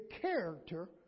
character